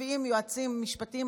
מביאים יועצים משפטיים,